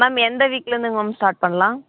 ma'am எந்த வீக்லிருந்துங்க ma'am start பண்ணலாம்